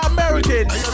Americans